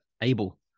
able